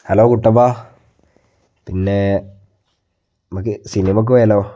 hello കുട്ടപ്പാ പിന്നെ നമ്മൾക്ക് സിനിമയ്ക്ക് പോയാലോ